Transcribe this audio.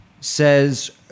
says